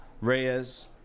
Reyes